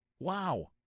Wow